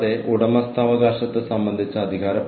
സമയം ഉപയോഗപ്പെടുത്തുകയാണെന്ന് നിങ്ങൾക്കറിയാം